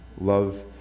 love